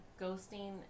ghosting